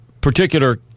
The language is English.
particular